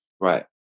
right